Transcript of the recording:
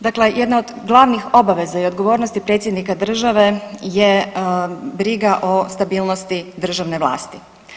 Dakle, jedna od glavnih obaveza i odgovornosti predsjednika države je briga o stabilnosti državne vlasti.